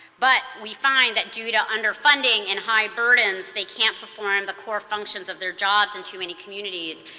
but we find that do to underfunding and high burdens, they cannot perform the core functions of their jobs in too many communities,